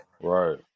Right